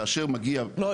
כאשר מגיע --- לא,